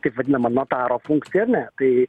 taip vadinamą notaro funkciją ar ne tai